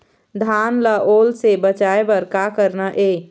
धान ला ओल से बचाए बर का करना ये?